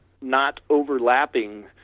not-overlapping